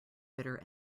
bitter